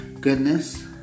goodness